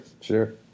Sure